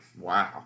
Wow